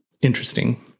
interesting